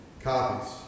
copies